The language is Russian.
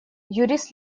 юрист